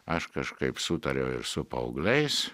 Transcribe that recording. aš kažkaip sutariau ir su paaugliais